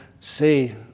see